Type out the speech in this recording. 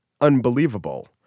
unbelievable